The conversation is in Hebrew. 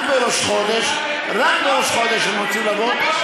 רק בראש חודש הם רוצים לבוא.